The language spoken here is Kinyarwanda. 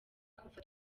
kuva